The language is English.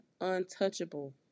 untouchable